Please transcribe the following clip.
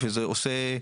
וזה עוזר.